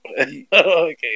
Okay